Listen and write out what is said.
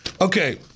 Okay